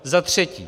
Za třetí.